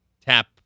tap